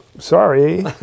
sorry